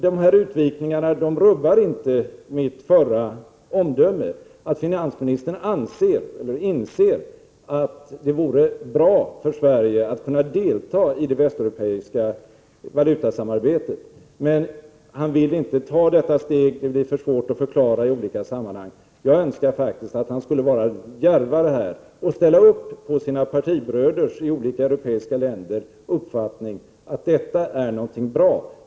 Dessa utvikningar rubbar inte mitt förra omdöme, nämligen att finansministern inser att det vore bra för Sverige att kunna delta i det västeuropeiska valutasamarbetet. Men han vill inte ta detta steg — det blir för svårt att förklara i olika sammanhang. Jag önskar faktiskt att han var djärvare och ställde upp på sina partibröders i olika europeiska länder uppfattning att detta är någonting bra.